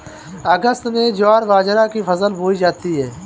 अगस्त में ज्वार बाजरा की फसल बोई जाती हैं